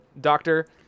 Doctor